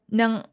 ng